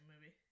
movie